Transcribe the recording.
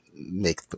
make